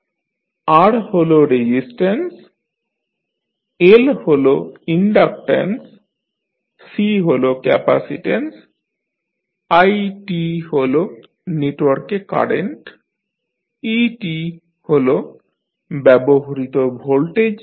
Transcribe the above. R হল resistance L হল inductance C হল ক্যাপ্যাসিট্যান্স i হল নেটওয়ার্কে কারেন্ট et হল ব্যবহৃত ভোল্টেজ